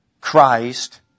Christ